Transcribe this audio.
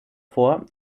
vor